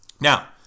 Now